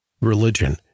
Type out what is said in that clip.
religion